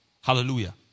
Hallelujah